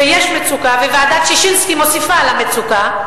ויש מצוקה,